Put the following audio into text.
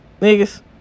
Niggas